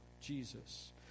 Jesus